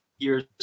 Years